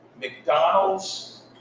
McDonald's